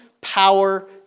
power